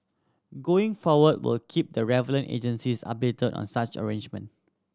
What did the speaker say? going forward we will keep the relevant agencies updated on such arrangement